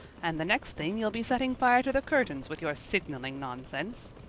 and the next thing you'll be setting fire to the curtains with your signaling nonsense.